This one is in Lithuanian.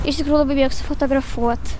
iš tikrųjų labai mėgstu fotografuot